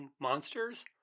monsters